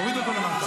תוריד אוותו למטה.